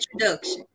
introduction